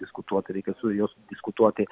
diskutuot reikia su juos diskutuoti